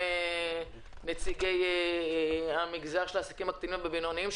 נציגי מגזר העסקים הקטנים והבינוניים,